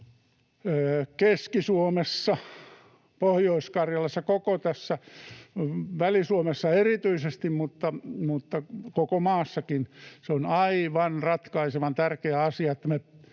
Keski-Suomessa, Pohjois-Karjalassa, erityisesti Väli-Suomessa mutta koko maassakin aivan ratkaisevan tärkeä asia,